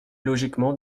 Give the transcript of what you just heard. logiquement